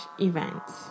events